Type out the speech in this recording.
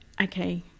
Okay